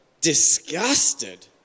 disgusted